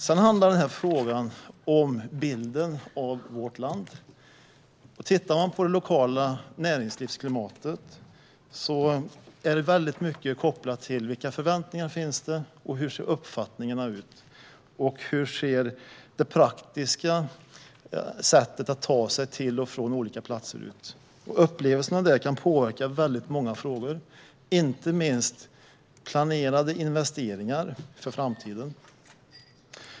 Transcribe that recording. Det handlar också om bilden av vårt land. När det gäller det lokala näringslivsklimatet är det mycket som är kopplat till vilka förväntningar som finns, hur uppfattningarna ser ut och hur det praktiska sättet att ta sig till och från olika platser ser ut. De upplevelserna kan påverka många frågor, inte minst planerade investeringar inför framtiden.